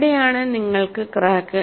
ഇവിടെയാണ് നിങ്ങൾക്ക് ക്രാക്ക്